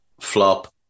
flop